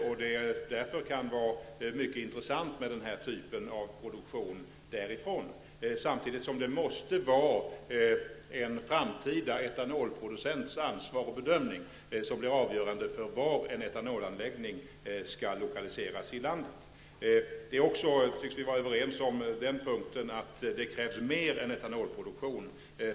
Därför kan det där vara mycket intressant med den här typen av produktion, samtidigt som en framtida etanolproducents ansvar och bedömning måste vara det som blir avgörande för var i landet en etanolanläggning skall lokaliseras. Vi tycks också vara överens om att det krävs mer än etanolproduktion.